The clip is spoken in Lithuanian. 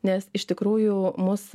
nes iš tikrųjų mus